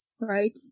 right